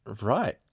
right